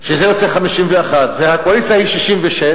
שזה יוצא 51, והקואליציה היא של 66,